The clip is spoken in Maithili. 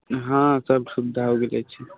हाँ सभ सुबिधा हो गेलै छै